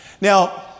Now